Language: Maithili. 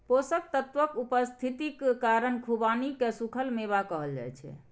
पोषक तत्वक उपस्थितिक कारण खुबानी कें सूखल मेवा कहल जाइ छै